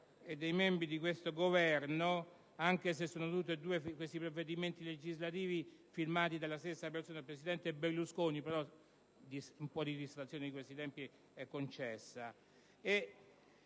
e dei membri di questo Governo, anche se entrambi questi provvedimenti legislativi sono firmati dalla stessa persona, il presidente Berlusconi (però un po' di distrazione di questi tempi è concessa).